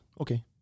Okay